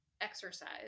exercise